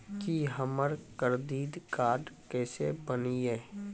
की हमर credit card केसे बनिये?